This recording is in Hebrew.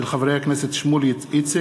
מאת חברי הכנסת דוד אזולאי,